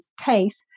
case